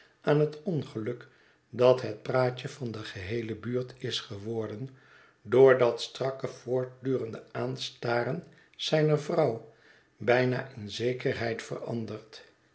aan het ongeluk dat het praatje van de geheele buurt is geworden door dat strakke voortdurende aanstaren zijner vrouw bijna in zekerheid veranderd